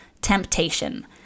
temptation